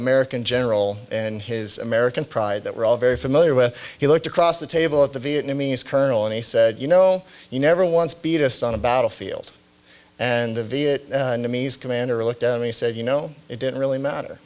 american general and his american pride that we're all very familiar with he looked across the table at the vietnamese colonel and he said you know you never once beat us on a battlefield and the v it means commander looked at me said you know it didn't really matter